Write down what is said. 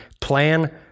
plan